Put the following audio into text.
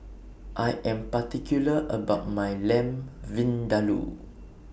I Am particular about My Lamb Vindaloo